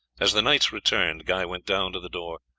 as the knights returned guy went down to the door,